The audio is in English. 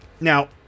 Now